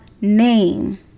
name